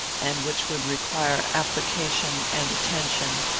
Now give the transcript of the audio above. and which would require application and attention,